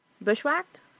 bushwhacked